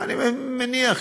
אני מניח,